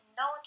no